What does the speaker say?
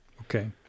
okay